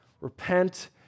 Repent